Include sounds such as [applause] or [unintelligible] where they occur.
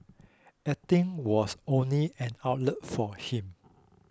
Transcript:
acting was [unintelligible] an outlet for him